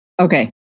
Okay